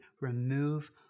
remove